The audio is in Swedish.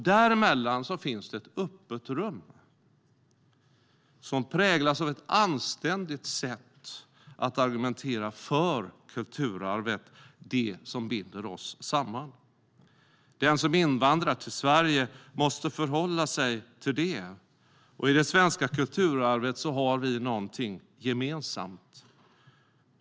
Däremellan finns ett öppet rum som präglas av ett anständigt sätt att argumentera för kulturarvet, det som binder oss samman. Den som invandrar till Sverige måste förhålla sig till det. I det svenska kulturarvet har vi någonting gemensamt.